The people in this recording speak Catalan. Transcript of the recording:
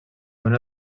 una